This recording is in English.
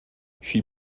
she